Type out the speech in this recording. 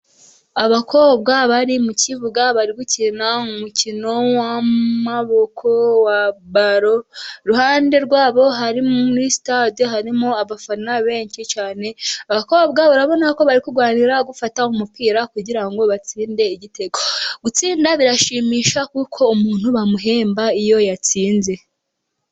Abakobwa bari mu kibuga bari gukina umukino w'amaboko wa balo, iruhande rwabo muri sitade harimo abafana benshi cyane, abakobwa urabona ko bari kurwanira gufata umupira kugira ngo batsinde igitego, gutsinda birashimisha kuko umuntu bamuhemba iyo yatsinze.